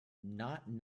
not